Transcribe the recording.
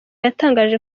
yatangaje